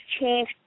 change